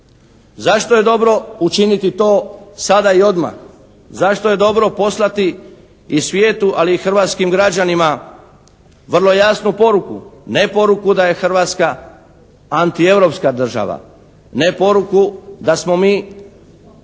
Zašto je dobro učiniti to sada i odmah? Zašto je dobro poslati i svijetu ali i hrvatskim građanima vrlo jasnu poruku. Ne poruku da je Hrvatska antieuropska država. Ne poruku da smo mi